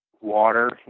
water